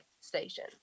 station